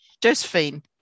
Josephine